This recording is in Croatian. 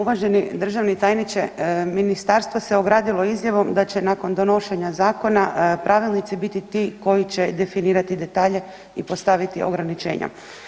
Uvaženi državni tajniče, ministarstvo se ogradilo izjavom da će nakon donošenja zakona, pravilnici biti ti koji će definirati detalje i postaviti ograničenja.